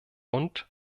und